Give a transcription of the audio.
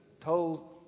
told